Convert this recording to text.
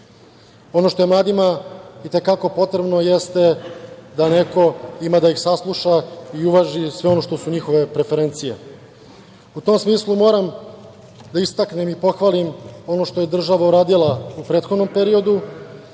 što je mladima i te kako potrebno jeste da neko ima da ih sasluša i uvaži sve ono što su njihove preferencije. U tom smislu moram da istaknem i pohvalim ono što je država uradila u prethodnom periodu,